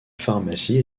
pharmacie